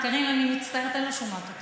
קארין, אני מצטערת, אני לא שומעת אותך.